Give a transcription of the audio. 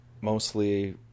mostly